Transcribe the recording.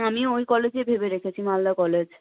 আমিও ওই কলেজে ভেবে রেখেছি মালদা কলেজ